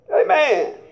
Amen